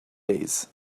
days